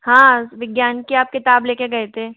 हाँ विज्ञान की आप किताब लेके गए थे